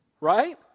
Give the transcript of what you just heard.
Right